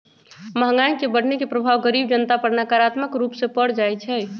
महंगाई के बढ़ने के प्रभाव गरीब जनता पर नकारात्मक रूप से पर जाइ छइ